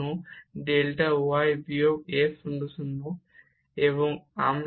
fy এর জন্য f 0 delta y বিয়োগ f 0 0 পাবো